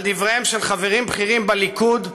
על דבריהם של חברים בכירים בליכוד,